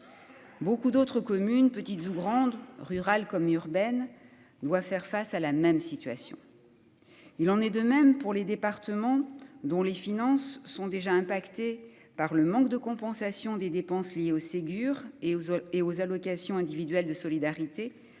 beaucoup d'autres communes, petites ou grandes rurales comme urbaines doit faire face à la même situation, il en est de même pour les départements dont les finances sont déjà par le manque de compensation des dépenses liées au Ségur et aux hommes et aux allocations individuelles de solidarité